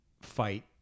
fight